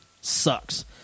sucks